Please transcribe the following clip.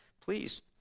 please